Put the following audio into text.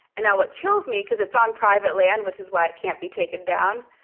and now it kills me cause it's on private land, which is why it can't be taken down.